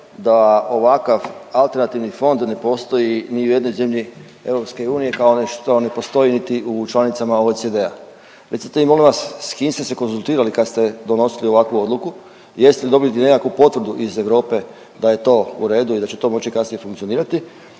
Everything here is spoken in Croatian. da ovakav alternativni fond ne postoji ni u jednoj zemlji EU, kao što ne postoji niti u članicama OECD-a. Recite mi, molim vas, s kim ste se konzultirali kad ste donosili ovakvu odluku? Jeste li dobili nekakvu potvrdu iz Europe da je to u redu i da će to moći kasnije funkcionirati